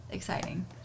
Exciting